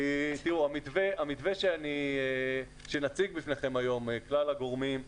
המתווה שנציג בפניכם היום כלל הגורמים,